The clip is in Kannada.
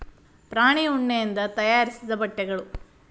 ಪ್ರಾಣಿ ಉಣ್ಣಿಯಿಂದ ತಯಾರಿಸಿದ ಬಟ್ಟೆಗಳು